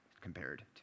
compared